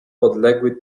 podległy